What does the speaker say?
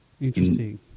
Interesting